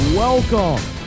Welcome